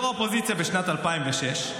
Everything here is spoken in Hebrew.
ראש האופוזיציה בשנת 2006,